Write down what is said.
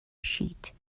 sheet